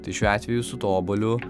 tai šiuo atveju su tuo obuoliu